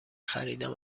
خریدم